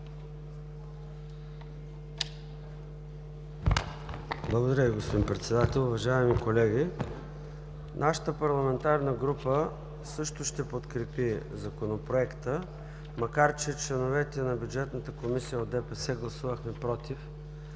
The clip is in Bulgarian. Благодаря, господин Председател. Уважаеми колеги, нашата парламентарна група също ще подкрепи Законопроекта, макар че членовете на Бюджетната комисия от ДПС гласувахме „против“.